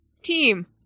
Team